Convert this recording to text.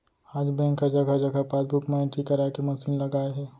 आज बेंक ह जघा जघा पासबूक म एंटरी कराए के मसीन लगाए हे